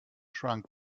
shrunk